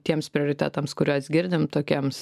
tiems prioritetams kuriuos girdim tokiems